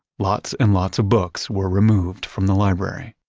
lots and lots of books were removed from the library.